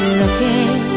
looking